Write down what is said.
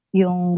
yung